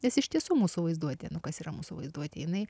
nes iš tiesų mūsų vaizduotė nu kas yra mūsų vaizduotė jinai